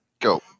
Go